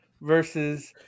versus